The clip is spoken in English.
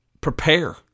prepare